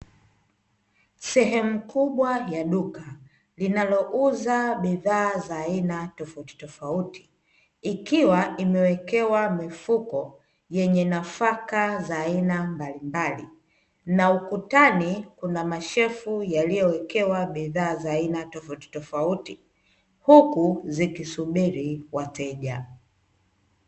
Sehemu kubwa ya duka linalouza bidhaa za aina tofauti tofauti ikiwa imewekewa mifuko yenye nafaka ya aina mbalimbali, na ukutani kuna masherfu yaliyowekewa bidhaa za aina tofauti tofauti huku zikisubiri wateja.